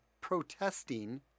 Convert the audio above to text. protesting